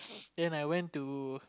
then I went to